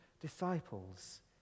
disciples